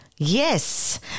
Yes